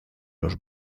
los